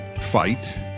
fight